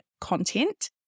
content